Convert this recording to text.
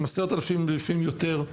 עם 10,000 סטודנטים ולפעמים יותר.